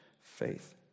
faith